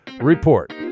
Report